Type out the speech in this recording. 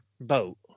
boat